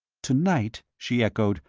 to-night! she echoed,